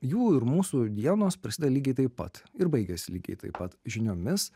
jų ir mūsų dienos pradeda lygiai taip pat ir baigiasi lygiai taip pat žiniomis